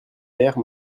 mère